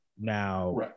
Now